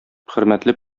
хөрмәтле